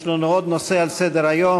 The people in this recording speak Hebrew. יש לנו עוד נושא על סדר-היום.